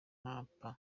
mkapa